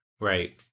Right